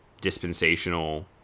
dispensational